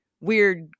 weird